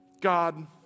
God